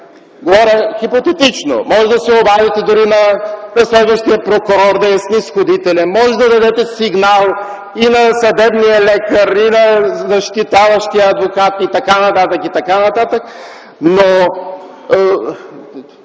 говоря хипотетично. Можете да се обадите на разследващия прокурор да е снизходителен. Можете да дадете сигнал и на съдебния лекар, и на защитаващия адвокат и т.н., и т.н. Казвам това,